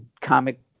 comic